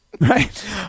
Right